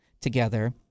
together